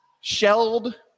shelled